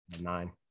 nine